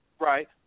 Right